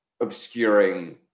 obscuring